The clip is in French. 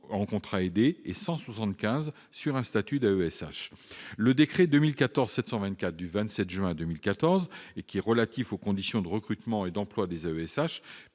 en contrat aidé et 175 sur un statut d'AESH. Le décret n° 2014-724 du 27 juin 2014 relatif aux conditions de recrutement et d'emploi des AESH